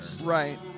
Right